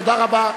תודה רבה.